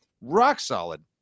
rock-solid